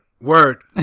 word